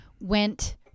went